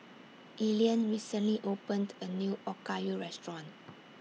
Elian recently opened A New Okayu Restaurant